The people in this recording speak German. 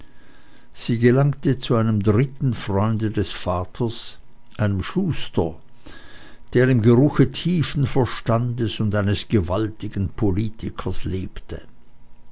sie gelangte zu einem dritten freunde des vaters einem schuster der im geruche tiefen verstandes und eines gewaltigen politikers lebte